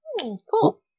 Cool